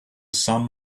sun